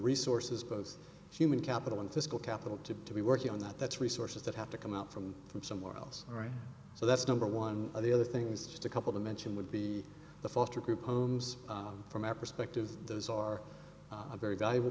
resources both human capital and physical capital to to be working on that that's resources that have to come out from from somewhere else all right so that's number one or the other things just a couple dimension would be the foster group homes from our perspective those are a very valuable